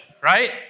right